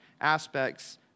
aspects